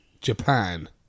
Japan